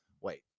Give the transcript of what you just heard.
wait